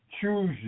choose